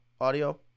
audio